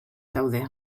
daude